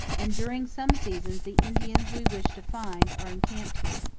and during some seasons the indians we wish to find are encamped here.